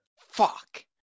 Fuck